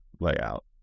layout